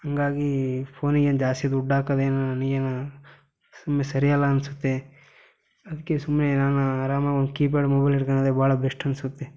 ಹಾಗಾಗಿ ಫೋನಿಗೇನು ಜಾಸ್ತಿ ದುಡ್ಡು ಹಾಕದು ಏನೋ ನನಗೇನೋ ಸುಮ್ಮನೆ ಸರಿ ಅಲ್ಲ ಅನ್ನಿಸುತ್ತೆ ಅದಕ್ಕೆ ಸುಮ್ಮನೆ ನಾನು ಅರಾಮಾಗಿ ಒಂದು ಕೀಪ್ಯಾಡ್ ಮೊಬೈಲ್ ಹಿಡ್ಕಳದೇ ಭಾಳ ಬೆಸ್ಟ್ ಅನ್ನಿಸುತ್ತೆ